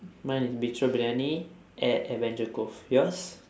mine is beach road briyani at adventure cove yours